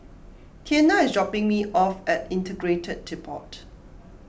Tianna is dropping me off at Integrated Depot